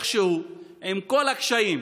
עם כל הקשיים,